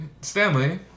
Stanley